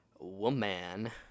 woman